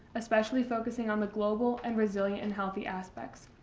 especially focusing on the global and resilient and healthy aspects.